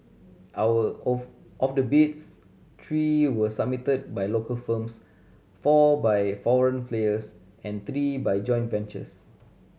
our of of the bids three were submitted by local firms four by foreign players and three by joint ventures